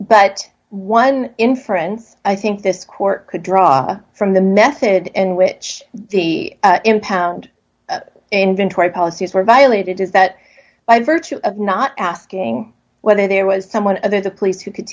but one inference i think this court could draw from the method and which the impound inventory policies were violated is that by virtue of not asking whether there was someone there to police who could